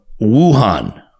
Wuhan